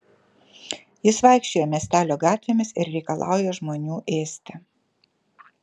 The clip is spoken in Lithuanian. jis vaikščioja miestelio gatvėmis ir reikalauja žmonių ėsti